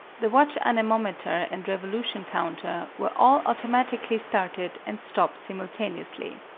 the watch, anemometer and revolution counter were all automatically started and stopped simultaneously.